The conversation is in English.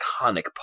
iconic